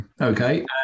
Okay